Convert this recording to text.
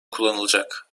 kullanılacak